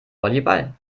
volleyball